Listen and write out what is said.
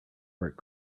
work